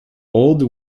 old